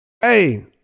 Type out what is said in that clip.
Hey